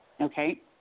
Okay